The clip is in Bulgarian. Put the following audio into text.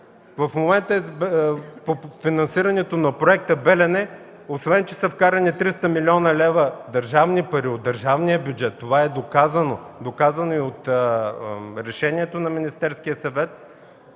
В момента по финансирането на Проекта „Белене”, освен че са вкарани 300 млн. лева държавни пари, от държавния бюджет – това е доказано, доказано е и от Решението на Министерския съвет,